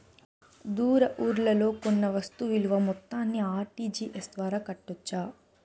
దూర ఊర్లలో కొన్న వస్తు విలువ మొత్తాన్ని ఆర్.టి.జి.ఎస్ ద్వారా కట్టొచ్చా?